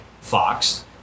Fox